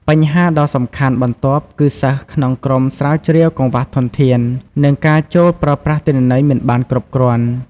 បញ្ហាដ៏សំខាន់បន្ទាប់គឺសិស្សក្នុងក្រុមស្រាវជ្រាវកង្វះធនធាន និងការចូលប្រើប្រាស់ទិន្នន័យមិនបានគ្រប់គ្រាន់។